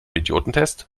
idiotentest